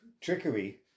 trickery